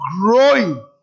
growing